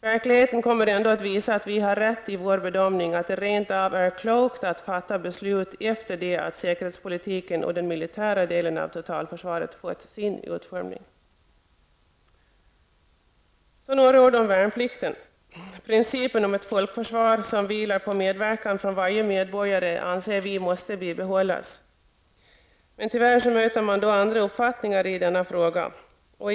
Verkligheten kommer ändå att visa att vi har rätt i vår bedömning, att det rent av är klokt att fatta beslut efter det att säkerhetspolitiken och den militära delen av totalförsvaret fått sin utformning. Så några ord om värnplikten. Principen om ett folkförsvar som vilar på medverkan från varje medborgare, anser vi måste bibehållas. Men tyvärr möter man andra uppfattningar i denna fråga.